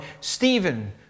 Stephen